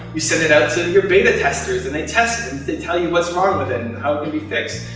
you send it out to your beta testers, and they test it, and they tell you what's wrong with and how it can be fixed.